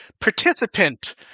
participant